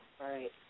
Right